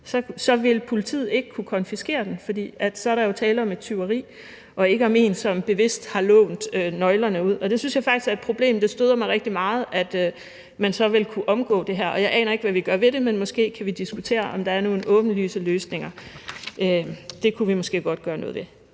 Så vil politiet ikke kunne konfiskere den, for så er der jo tale om et tyveri og ikke om en, som bevidst har lånt nøglerne ud. Det synes jeg faktisk er et problem, og det støder mig rigtig meget, at man vil kunne omgå det her. Jeg aner ikke, hvad vi gør ved det, men måske kan vi diskutere, om der er nogle åbenlyse løsninger. Det kunne vi måske godt gøre noget ved.